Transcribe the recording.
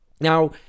Now